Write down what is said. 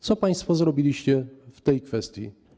Co państwo zrobiliście w tej kwestii?